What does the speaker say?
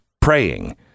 praying